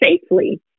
safely